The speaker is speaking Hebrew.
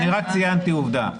אני רק ציינתי עובדה.